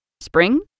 spring